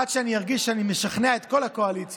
עד שאני ארגיש שאני משכנע את כל הקואליציה,